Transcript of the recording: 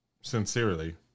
sincerely